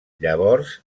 llavors